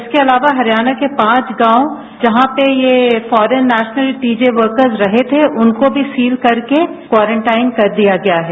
इसके अलावा हरियाणा के पांच गांव जहां पर ये foreign national T J national worker रहे थे उनको भी सील करके क्वारंटाइन कर दिया गया है